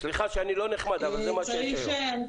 סליחה שאני לא נחמד, אבל זה מה שיש היום.